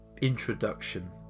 introduction